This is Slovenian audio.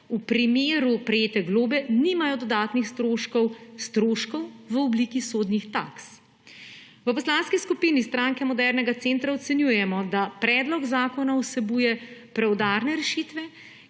v primeru prejete globe nimajo dodatnih stroškov, stroškov v obliki sodnih taks. V Poslanski skupini Stranke modernega centra ocenjujemo, da predlog zakona vsebuje preudarne rešitve,